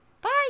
Bye